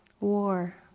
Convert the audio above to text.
War